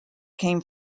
came